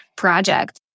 Project